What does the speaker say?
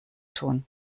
tun